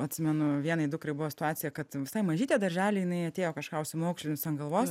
atsimenu vienai dukrai buvo situaciją kad visai mažytė daržely jinai atėjo kažką užsimaukšlinus ant galvos